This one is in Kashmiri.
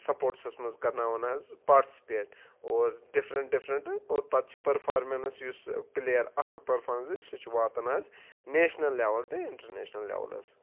سپوٹسَس منٛز کَرناوان حظ پاٹسِپیٹ اور ڈِفرںٛٹ ڈِفرںٛٹ اور پَتہٕ چھِ پٔرفارمینٕس یُس پٕلیر اَصٕل پٔرفارمینٕس دی سُہ چھُ واتان حظ نیشنَل لٮ۪ول تہٕ اِنٹَرنیشنَل لٮ۪ولَس